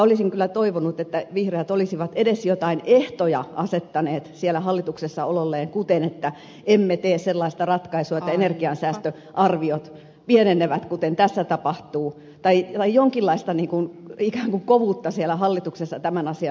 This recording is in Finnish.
olisin kyllä toivonut että vihreät olisivat edes jotain ehtoja asettaneet siellä hallituksessa ololleen kuten että emme tee sellaista ratkaisua että energiansäästöarviot pienenevät kuten tässä tapahtuu tai jonkinlaista ikään kuin kovuutta siellä hallituksessa tämän asian suhteen